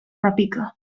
repica